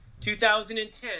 2010